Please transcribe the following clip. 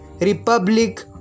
Republic